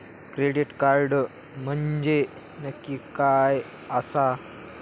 Credit card म्हंजे नक्की काय आसा?